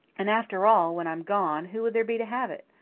and, after all, when i'm gone, who would there be to have it?